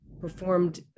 performed